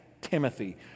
Timothy